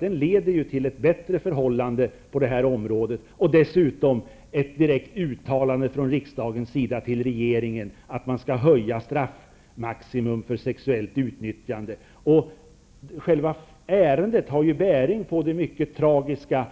Den leder till ett bättre förhållande på det här området och dessutom till ett direkt uttalande från riksdagens sida till regeringen om att man skall höja straffmaximum för sexuellt utnyttjande. Själva ärendet har bäring på det mycket tragiska